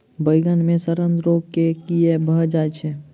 बइगन मे सड़न रोग केँ कीए भऽ जाय छै?